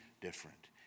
different